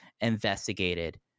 investigated